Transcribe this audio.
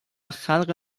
خلق